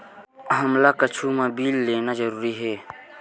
हमला कुछु मा बिल लेना जरूरी हे?